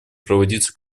проводиться